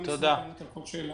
כמובן אני אשמח לענות על כל שאלה.